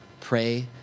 Pray